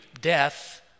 death